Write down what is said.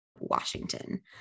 Washington